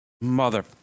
mother